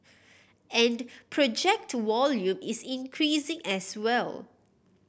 and project volume is increasing as well